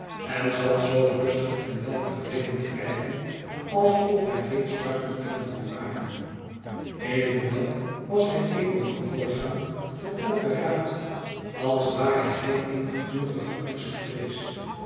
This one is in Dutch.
en zat zoo rustig en weltevreden te kijken alsof wij reeds buiten engeland waren evenwel was hij even gehoorzaam voor elken raad als ware hij in gedurigen angst geweest